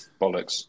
Bollocks